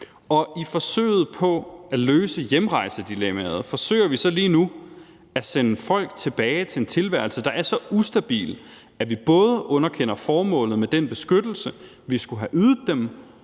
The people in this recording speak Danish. Og i forsøget på at løse hjemrejsedilemmaet forsøger vi så lige nu at sende folk tilbage til en tilværelse, der er så ustabil, at vi både underkender formålet med den beskyttelse, vi skulle have ydet dem,